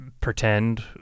pretend